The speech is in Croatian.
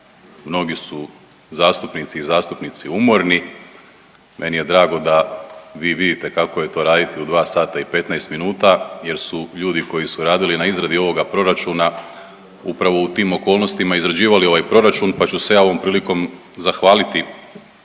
mnogi su zastupnici i zastupnice umorni. Meni je drago da vi vidite kako je to raditi u dva sata i petnaest minuta, jer su ljudi koji su radili na izradi ovoga proračuna upravo u tim okolnostima izrađivali ovaj proračun. Pa ću se ja ovom prilikom zahvaliti